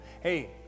Hey